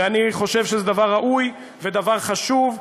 ואני חושב שזה דבר ראוי ודבר חשוב,